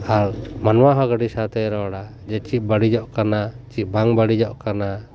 ᱟᱨ ᱢᱟᱱᱣᱟ ᱦᱚᱸ ᱜᱟᱹᱰᱤ ᱥᱟᱶᱛᱮᱭ ᱨᱚᱲᱟ ᱡᱮ ᱪᱮᱫ ᱵᱟᱹᱲᱤᱡᱚᱜ ᱠᱟᱱᱟ ᱪᱮᱫ ᱵᱟᱝ ᱵᱟᱹᱲᱤᱡᱚᱜ ᱠᱟᱱᱟ